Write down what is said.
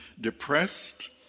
depressed